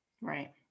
Right